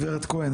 גברת כהן,